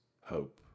hope